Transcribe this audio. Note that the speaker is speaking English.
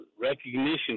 recognition